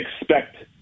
expect